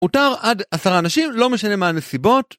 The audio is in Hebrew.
הותר עד עשרה אנשים, לא משנה מה הנסיבות.